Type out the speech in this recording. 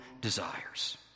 desires